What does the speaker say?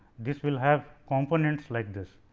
this will have components like this.